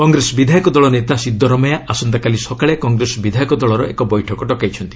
କଂଗ୍ରେସ ବିଧାୟକ ଦଳ ନେତା ସିଦ୍ଦରମେୟା ଆସନ୍ତାକାଲି ସକାଳେ କଂଗ୍ରେସ ବିଧାୟକ ଦଳର ଏକ ବୈଠକ ଡକାଇଛନ୍ତି